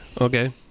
Okay